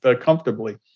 comfortably